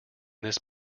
this